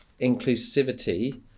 inclusivity